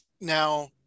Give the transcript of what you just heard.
now –